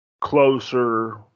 closer